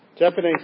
Japanese